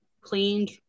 cleaned